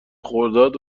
خرداد